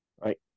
right